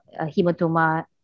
hematoma